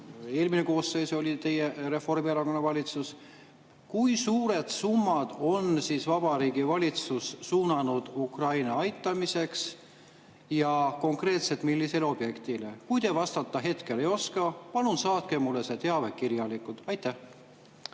eelmine koosseis oli teie, Reformierakonna valitsus: kui suured summad on Vabariigi Valitsus suunanud Ukraina aitamiseks ja konkreetselt millisele objektile? Kui te hetkel vastata ei oska, siis palun saatke mulle see teave kirjalikult. Aitäh,